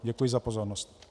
Děkuji za pozornost.